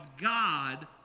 God